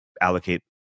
allocate